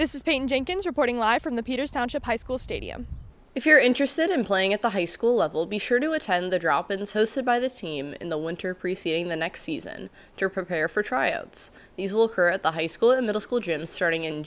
this is being jenkins reporting live from the peters township high school stadium if you're interested in playing at the high school level be sure to attend the drop ins hosted by the team in the winter preceding the next season to prepare for tryouts these will occur at the high school in middle school gym starting in